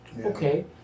Okay